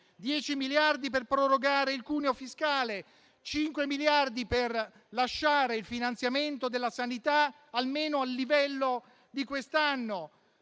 10 miliardi per prorogare il cuneo fiscale; 5 miliardi per lasciare il finanziamento della sanità almeno al livello di quest'anno;